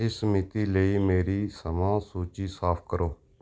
ਇਸ ਮਿਤੀ ਲਈ ਮੇਰੀ ਸਮਾਂ ਸੂਚੀ ਸਾਫ਼ ਕਰੋ